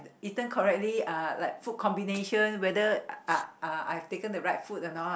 eaten correctly uh like food combination whether uh I I've taken the right food or not